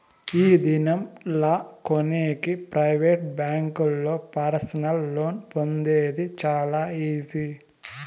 ఈ దినం లా కొనేకి ప్రైవేట్ బ్యాంకుల్లో పర్సనల్ లోన్ పొందేది చాలా ఈజీ